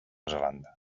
zelanda